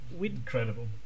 incredible